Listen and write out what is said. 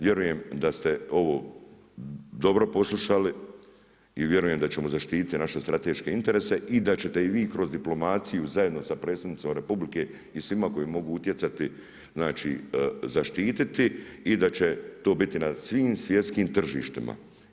Vjerujem da ste ovo dobro poslušali i vjerujem da ćemo zaštititi naše strateške interese i da ćete i vi kroz diplomaciju zajedno sa predsjednicima Republike i svima koji mogu utjecati, znači zaštititi i da će to biti na svim svjetskim tržištima.